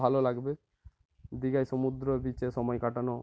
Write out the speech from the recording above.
ভালো লাগবে দীঘায় সমুদ্র বিচে সময় কাটানো